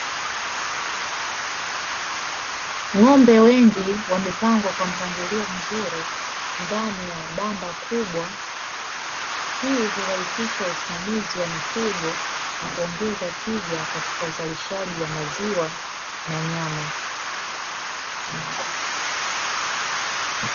Ng’ombe wengi wamepangwa kwa mpangilio mzuri, ndani ya banda kubwa. Hii hurahisisha usimamizi wa mifugo, na kuongeza tija katika uzalishaji wa maziwa na nyama.